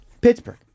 Pittsburgh